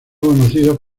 conocidos